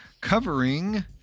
covering